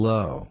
Low